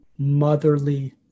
Motherly